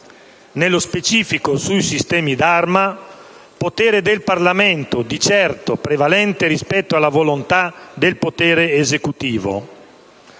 nello specifico sui sistemi d'arma, potere del Parlamento di certo prevalente rispetto alla volontà del potere esecutivo.